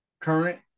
current